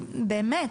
באמת.